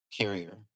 carrier